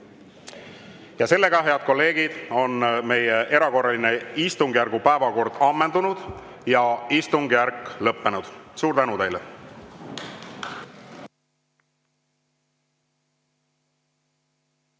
õnnitleda. Head kolleegid! Meie erakorralise istungjärgu päevakord on ammendunud ja istungjärk on lõppenud. Suur tänu teile!